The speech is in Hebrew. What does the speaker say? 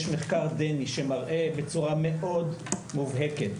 יש מחקר דני שמראה בצורה מאוד מובהקת,